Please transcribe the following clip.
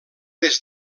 des